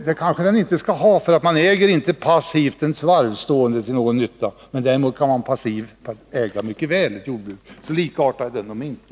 Det kanske den inte skall ha, för man brukar inte passivt äga en svarv, som står till ingen nytta, men däremot kan man mycket väl passivt äga ett jordbruk. Så likartade är de alltså inte.